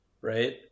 right